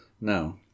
No